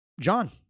John